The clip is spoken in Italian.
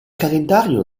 calendario